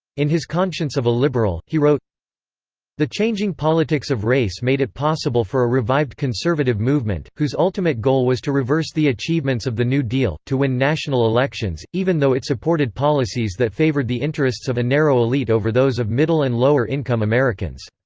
in his conscience of a liberal, he wrote the changing politics of race made it possible for a revived conservative movement, whose ultimate goal was to reverse the achievements of the new deal, to win national elections even though it supported policies that favored the interests of a narrow elite over those of middle and lower-income americans.